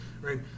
right